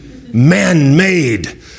Man-made